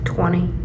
Twenty